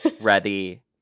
ready